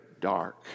dark